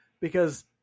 because-